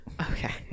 Okay